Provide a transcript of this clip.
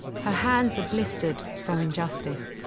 her hands are blistered from injustice.